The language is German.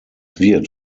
wird